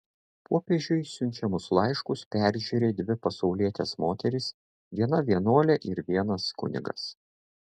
popiežiui siunčiamus laiškus peržiūri dvi pasaulietės moterys viena vienuolė ir vienas kunigas